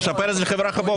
תספר את זה לחבריך בקואליציה.